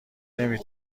نمی